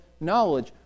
knowledge